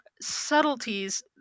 subtleties